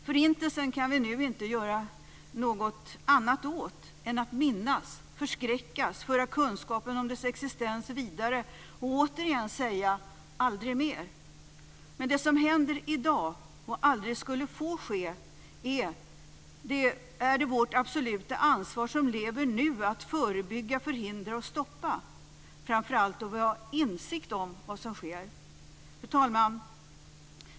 Förintelsen kan vi nu inte göra något åt annat än att minnas, förskräckas, föra kunskapen om den vidare och återigen säga: Aldrig mer! Men det som händer i dag, och som aldrig skulle få ske, är det vårt absoluta ansvar som lever nu att förebygga, förhindra och stoppa - framför allt eftersom vi har en insikt om vad som sker. Fru talman!